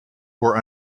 were